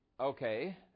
okay